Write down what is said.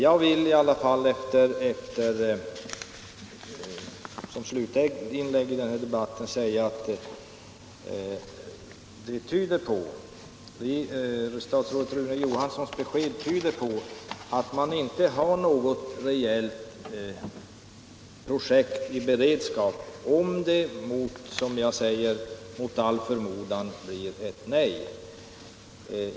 Jag vill i alla fall som slutinlägg i denna debatt säga att statsrådet Rune Johanssons besked tyder på att man inte har något rejält projekt i beredskap om det, mot allt förnuft, blir ett nej till gruvdriften.